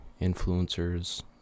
influencers